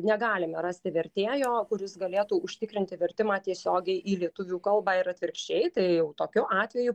negalime rasti vertėjo kuris galėtų užtikrinti vertimą tiesiogiai į lietuvių kalbą ir atvirkščiai tai jau tokiu atveju